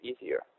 easier